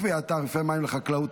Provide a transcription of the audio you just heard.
קביעת תעריפי מים לחקלאות),